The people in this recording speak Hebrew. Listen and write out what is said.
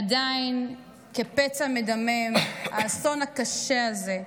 עדיין כפצע מדמם, האסון הקשה הזה,